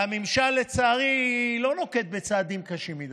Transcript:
והממשל, לצערי, לא נוקט צעדים קשים מדי.